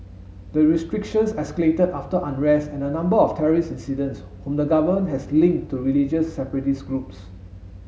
the restrictions escalated after unrest and a number of terrorist incidents whom the government has linked to religious separatist groups